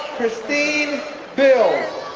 christine bill,